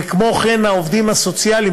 וכן העובדים הסוציאליים,